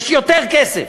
יש יותר כסף.